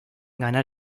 ganar